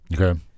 Okay